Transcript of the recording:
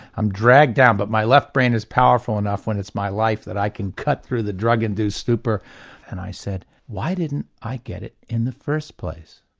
i'm dragged down but my left brain is powerful enough when it's my life that i can cut through the drug induced stupor and i said why didn't i get it in the first place?